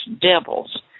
devils